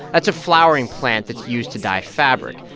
that's a flowering plant that's used to dye fabric.